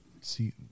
see